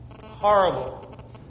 Horrible